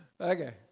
Okay